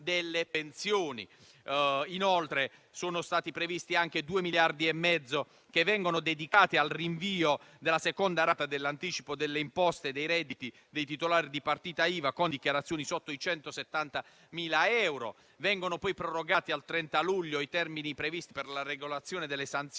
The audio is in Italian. Inoltre, sono stati previsti anche 2,5 miliardi da dedicare al rinvio della seconda rata dell'anticipo delle imposte dei redditi dei titolari di partita IVA con dichiarazioni dei redditi sotto i 170.000 euro. Sono stati prorogati al 30 luglio i termini previsti per la regolazione delle sanzioni